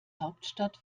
hauptstadt